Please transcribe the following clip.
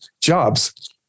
Jobs